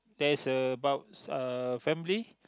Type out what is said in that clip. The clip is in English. there is about a family